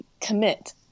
commit